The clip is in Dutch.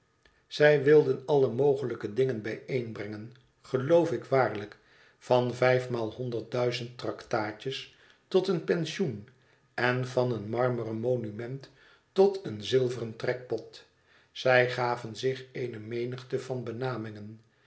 zij wilden alle mogelijke dingenbijeenbrengên geloof ik waarlijk van vijfmaal honderd duizend traktaatjes tot een pensioen en van een marmeren monument tot een zilveren trekpot zij gaven zich eene menigte van benamingen